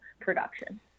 production